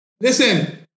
listen